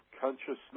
consciousness